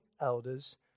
elders